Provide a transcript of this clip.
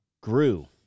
grew